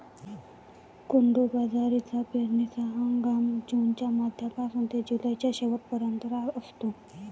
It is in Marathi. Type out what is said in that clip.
कोडो बाजरीचा पेरणीचा हंगाम जूनच्या मध्यापासून ते जुलैच्या शेवट पर्यंत असतो